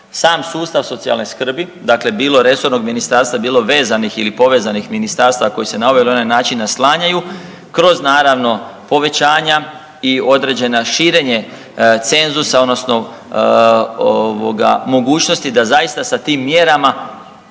sam sustav socijalne skrbi, dakle bilo resornog ministarstva, bilo vezanih ili povezanih ministarstava koji se na ovaj ili onaj način naslanjaju kroz naravno povećanja i određeno širenje cenzusa odnosno ovoga mogućnosti da zaista sa tim mjerama